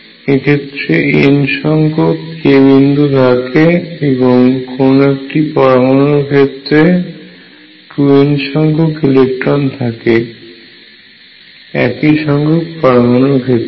এক্ষেত্রে N সংখ্যক k বিন্দু থাকে কোন একটি পরমাণুর ক্ষেত্রে এবং 2N সংখ্যক ইলেকট্রন থাকে একই সংখ্যক পরমাণুর ক্ষেত্রে